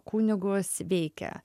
kunigus veikia